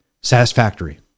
satisfactory